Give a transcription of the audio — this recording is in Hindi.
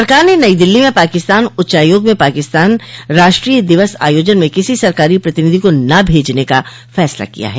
सरकार ने नई दिल्ली में पाकिस्तान उच्चायोग में पाकिस्तान राष्ट्रीय दिवस आयोजन में किसी सरकारी प्रतिनिधि को न भेजने का फैसला किया है